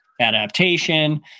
adaptation